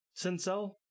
Sincel